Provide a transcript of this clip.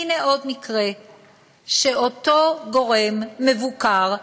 הנה, עוד מקרה שאותו גורם מבוקר,